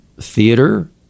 theater